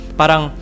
parang